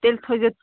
تیٚلہِ تھٲیزیو